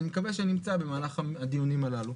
אני מקווה שנמצא במהלך הדיונים הללו.